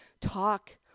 talk